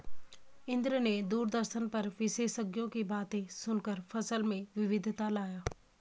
इंद्र ने दूरदर्शन पर विशेषज्ञों की बातें सुनकर फसल में विविधता लाया